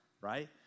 right